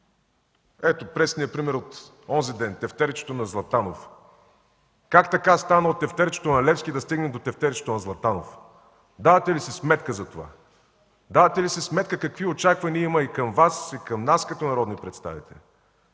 Ето пресния пример от онзи ден – тефтерчето на Златанов. Как така стана от тефтерчето на Левски да стигнем до тефтерчето на Златанов? Давате ли си сметка за това? Давате ли си сметка какви очаквания има и към Вас, и към нас като народни представители?